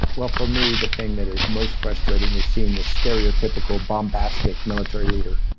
well, for me, the thing that is most frustrating is seeing the stereotypical bombastic military leader.